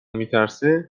میترسه